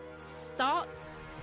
starts